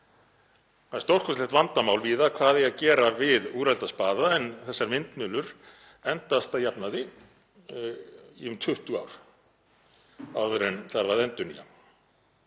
Það er stórkostlegt vandamál víða hvað eigi að gera við úrelda spaða en þessar vindmyllur endast að jafnaði í um 20 ár áður en þarf að endurnýja